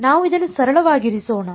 ನಾವು ಇದನ್ನು ಸರಳವಾಗಿರಿಸೋಣ